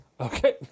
Okay